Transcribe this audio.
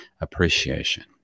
appreciation